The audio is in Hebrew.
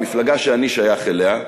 המפלגה שאני שייך אליה,